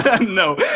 No